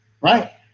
right